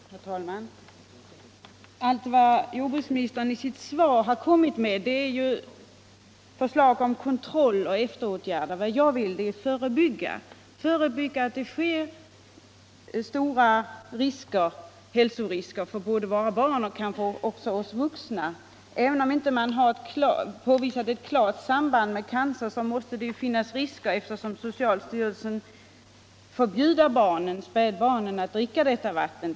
Herr talman! Allt vad jordbruksministern i sitt svar har redovisat är förslag om kontroll och åtgärder i efterhand. Vad jag vill är att förebygga stora hälsorisker för våra barn och kanske också för oss vuxna. Även om man inte har påvisat ett klart samband mellan cancer och nitrat i dricksvatten måste det finnas risker eftersom socialstyrelsen förbjuder att man ger spädbarn sådant vatten.